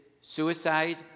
suicide